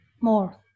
more